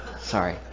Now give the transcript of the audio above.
Sorry